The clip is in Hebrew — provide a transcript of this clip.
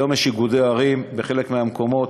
היום יש איגודי ערים בחלק מהמקומות,